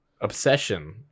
obsession